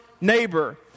neighbor